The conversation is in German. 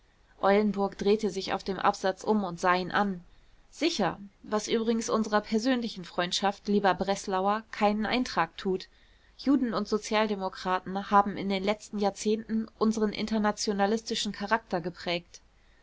eulenburg drehte sich auf dem absatz um und sah ihn an sicher was übrigens unserer persönlichen freundschaft lieber breslauer keinen eintrag tut juden und sozialdemokraten haben in den letzten jahrzehnten unseren internationalistischen charakter geprägt